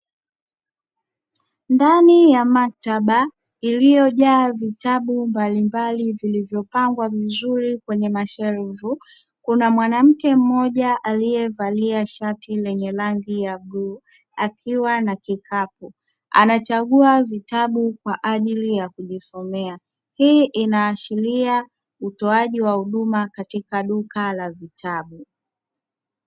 Ndani ya maktaba iliyojaa vitabu mbalimbali vilivyopangwa vizuri kwenye mashelfu, kuna mwanamke mmoja aliyevalia shati lenye rangi ya bluu akiwa na kikapu, anachagua vitabu kwa ajili ya kujisomea. Hii inaashiria utoaji wa huduma katika duka la vitabu.